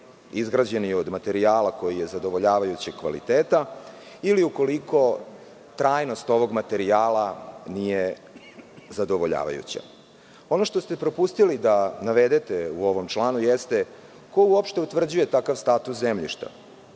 izgrađeni od materijala koji je zadovoljavajućeg kvaliteta ili ukoliko trajnost ovog materijala nije zadovoljavajuća. Ono što ste propustili da navedete u ovom članu jeste – ko uopšte utvrđuje takav status zemljišta,